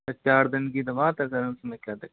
sir चार दिन की तो बात है सर उसमें क्या है दिक्कत